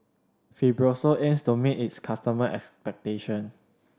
Fibrosol aims to meet its customer expectation